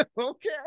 okay